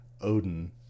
odin